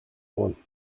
one